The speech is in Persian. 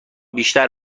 بیشتر